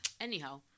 Anyhow